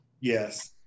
Yes